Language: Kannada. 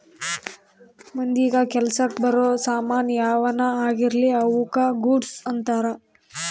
ಮಂದಿಗ ಕೆಲಸಕ್ ಬರೋ ಸಾಮನ್ ಯಾವನ ಆಗಿರ್ಲಿ ಅವುಕ ಗೂಡ್ಸ್ ಅಂತಾರ